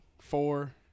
four